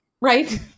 Right